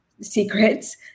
secrets